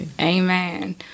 Amen